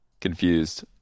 Confused